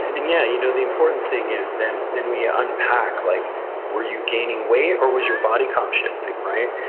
and yeah, you know the important thing is then then we ah unpack. like were you gaining weight, or was your body comp shifting, right?